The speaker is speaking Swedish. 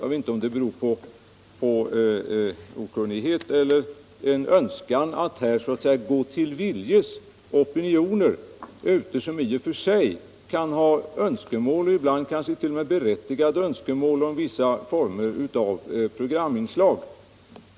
Jag vet inte om det beror på okunnighet eller på en önskan att göra till viljes opinioner som i och för sig kan ha önskemål och ibland kanske t. 0. m. berättigade önskemål om vissa programinslag.